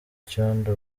icyondo